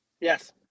Yes